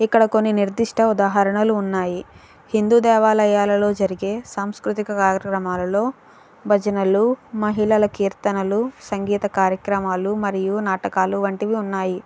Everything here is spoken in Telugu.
ఇక్కడ కొన్ని నిర్దిష్ట ఉదాహరణలు ఉన్నాయి హిందూ దేవాలయాలలో జరిగే సాంస్కృతిక కారక్రమాలలో భజనలు మహిళల కీర్తనలు సంగీత కార్యక్రమాలు మరియు నాటకాలు వంటివి ఉన్నాయి